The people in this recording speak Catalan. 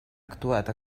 actuat